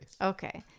Okay